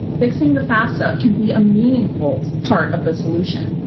fixing the fafsa can be a meaningful part of the solution.